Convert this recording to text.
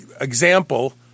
example